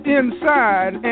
inside